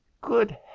Good